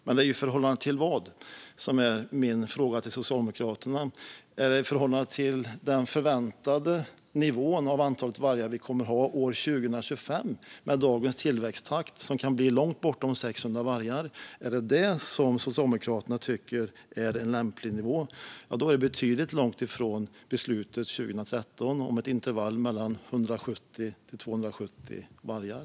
Men min fråga till Socialdemokraterna är: I förhållande till vad? Är det i förhållande till den förväntade nivån för antalet vargar 2025, med dagens tillväxttakt som kan bli långt över 600 vargar? Är det detta som Socialdemokraterna tycker är en lämplig nivå? Det är i så fall långt från beslutet 2013 om ett intervall på mellan 170 och 270 vargar.